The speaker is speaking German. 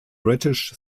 british